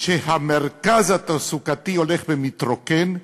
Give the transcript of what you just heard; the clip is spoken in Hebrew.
שהמרכז התעסוקתי הולך ומתרוקן,